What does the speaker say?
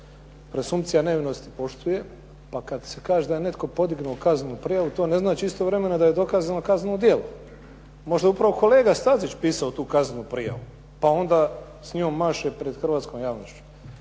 presumpcija nevinosti poštuje, pa kad se kaže da je netko podignuo kaznenu prijavu to ne znači da istovremeno da je dokazano kazneno djelo. Možda je upravo kolega Stazić pisao tu kaznenu prijavu, pa onda s njom maše pred hrvatskom javnošću.